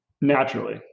naturally